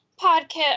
podcast